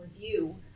Review